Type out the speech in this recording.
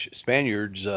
Spaniards